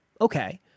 Okay